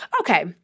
okay